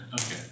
Okay